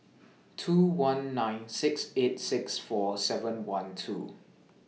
two one nine six eight six four seven one two